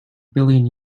billion